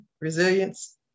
resilience